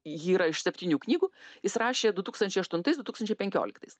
ji yra iš septynių knygų jis rašė du tūkstančiai aštuntais du tūkstančiai penkioliktais